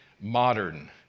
modern